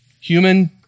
human